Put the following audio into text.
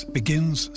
begins